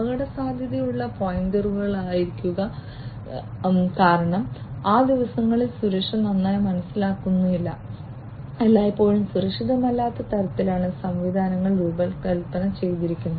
അപകടസാധ്യതയുള്ള പോയിന്റുകളായിരിക്കുക കാരണം ആ ദിവസങ്ങളിൽ സുരക്ഷ നന്നായി മനസ്സിലാക്കിയിരുന്നില്ല എല്ലായ്പ്പോഴും സുരക്ഷിതമല്ലാത്ത തരത്തിലാണ് സംവിധാനങ്ങൾ രൂപകൽപ്പന ചെയ്തിരുന്നത്